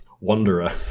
wanderer